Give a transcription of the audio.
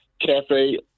Cafe